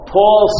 Paul